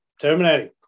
terminating